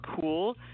cool